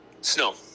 Snow